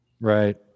Right